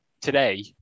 today